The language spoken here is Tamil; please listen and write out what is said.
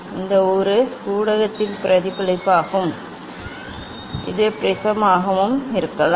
இது ஒரு ஊடகத்தின் பிரதிபலிப்பாகும் இது ப்ரிஸமாகவும் இருக்கலாம்